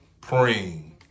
praying